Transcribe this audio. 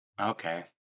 Okay